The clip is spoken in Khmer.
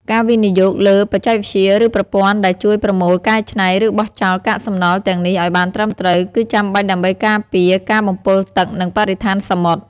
ការវិនិយោគលើបច្ចេកវិទ្យា ឬប្រព័ន្ធដែលជួយប្រមូល កែច្នៃ ឬបោះចោលកាកសំណល់ទាំងនេះឲ្យបានត្រឹមត្រូវ គឺចាំបាច់ដើម្បីការពារការបំពុលទឹក និងបរិស្ថានសមុទ្រ។